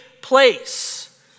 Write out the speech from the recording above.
place